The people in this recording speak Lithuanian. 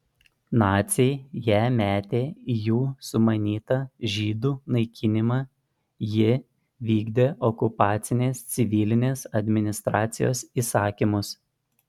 naciai ją metė į jų sumanytą žydų naikinimą ji vykdė okupacinės civilinės administracijos įsakymus